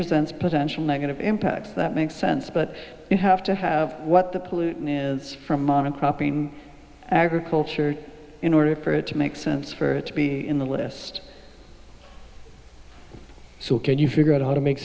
presents potential negative impacts that make sense but you have to have what the pollutant is from on a crop in agriculture in order for it to make sense for it to be in the list so can you figure out how to make